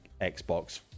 xbox